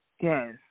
Yes